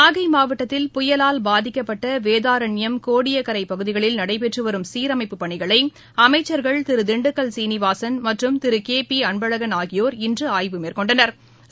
நாகைமாவட்டத்தில் புயல் கரைகடந்தபகுதியானவேதாரண்யம் கோடியக்கரைப் பகுதிகளில் நடைபெற்றுவரும் சீரமைப்புப் பணிகளைஅமைச்சா்கள் திருதிண்டுக்கல் சீனிவாசன் மற்றும் திருகேபிஅன்பழகன் ஆகியோர் இன்றுஆய்வு மேற்கொண்டுவருகின்றனர்